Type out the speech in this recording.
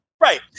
Right